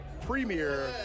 premiere